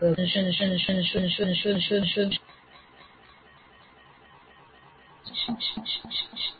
અમે ફક્ત એટલું જ કહીએ છીએ કે વિશ્વાસ કરો કે આ વ્યવસ્થિત રીતે સંશોધન કરેલા સિદ્ધાંતો છે જેના આધારે અમે આપની સમક્ષ નવી માહિતી પ્રસ્તુત કરી રહ્યા છીએ